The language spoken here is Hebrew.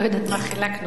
לא יודעת מה חילקנו.